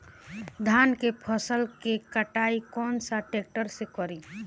धान के फसल के कटाई कौन सा ट्रैक्टर से करी?